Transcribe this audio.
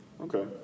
Okay